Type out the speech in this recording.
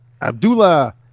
Abdullah